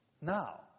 Now